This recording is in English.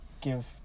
give